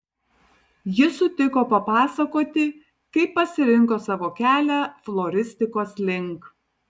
ji sutiko papasakoti kaip pasirinko savo kelią floristikos link